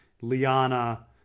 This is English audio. Liana